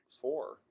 Four